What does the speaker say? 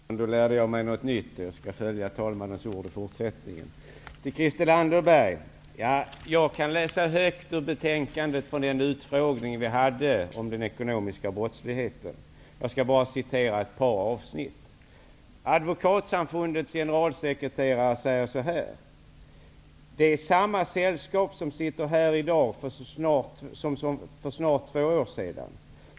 Herr talman! Nu lärde jag mig något nytt. Jag skall följa talmannens erinran i fortsättningen. Till Christel Anderberg vill jag säga att jag kan läsa högt ur betänkandet från den utfrågning vi hade om den ekonomiska brottsligheten. Advokatsamfundets generalsekreterare säger: Det är samma sällskap som sitter här i dag som för snart två år sedan.